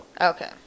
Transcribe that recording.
Okay